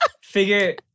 Figure